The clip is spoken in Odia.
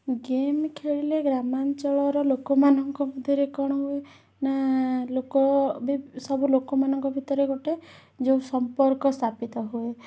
ଗେମ୍ ଖେଳିଲେ ଗ୍ରାମାଞ୍ଚଳର ଲୋକମାନଙ୍କ ମଧ୍ୟରେ କ'ଣ ହୁଏ ନା ଲୋକ ବି ସବୁ ଲୋକମାନଙ୍କ ଭିତରେ ଗୋଟେ ଯେଉଁ ସମ୍ପର୍କ ସ୍ଥାପିତ ହୁଏ